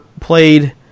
played